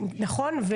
נכון.